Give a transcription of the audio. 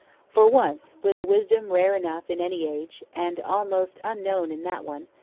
for once, with a wisdom rare enough in any age and almost unknown in that one,